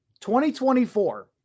2024